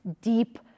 deep